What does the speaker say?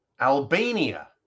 Albania